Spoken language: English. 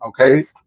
Okay